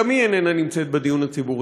גם היא איננה נמצאת בדיון הציבורי.